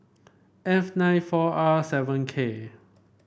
F nine four R seven K